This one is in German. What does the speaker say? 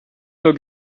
nur